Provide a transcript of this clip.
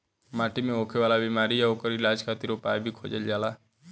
माटी मे होखे वाला बिमारी आ ओकर इलाज खातिर उपाय भी खोजल जाता